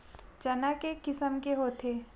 चना के किसम के होथे?